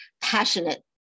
passionate